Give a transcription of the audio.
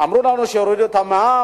אמרו לנו שיורידו את המע"מ.